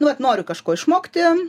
nu vat noriu kažko išmokti